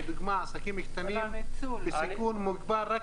לדוגמא עסקים קטנים בסיכון מוגבר,